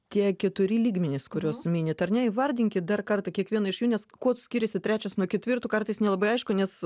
tie keturi lygmenys kuriuos minit ar ne įvardinkit dar kartą kiekvieną iš jų nes kuo skiriasi trečias nuo ketvirto kartais nelabai aišku nes